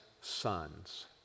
sons